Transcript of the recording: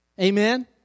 Amen